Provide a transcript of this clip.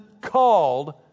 called